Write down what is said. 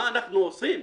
מה אנחנו עושים?